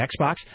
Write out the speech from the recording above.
Xbox